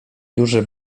duży